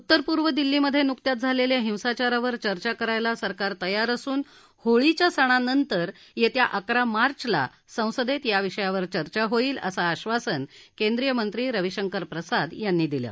उत्तर पूर्व दिल्लीमधे नुकत्याच झालेल्या हिंसाचारावर चर्चा करायला सरकार तयार असून होळीच्या सणानंतर येत्या अकरा मार्चला संसदेत याविषयावर चर्चा होईल असं आश्वासन केंद्रीय मंत्री रवीशंकर प्रसाद यांनी दिलं